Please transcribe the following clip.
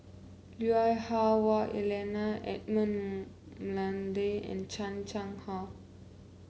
Lui Hah Wah Elena Edmund Blundell and Chan Chang How